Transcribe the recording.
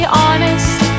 honest